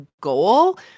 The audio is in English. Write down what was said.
goal